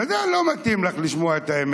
לא מתאים לך לשמוע את האמת.